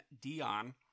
Dion